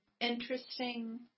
interesting